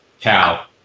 Cow